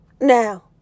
now